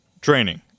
Training